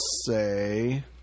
say